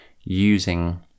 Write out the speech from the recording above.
using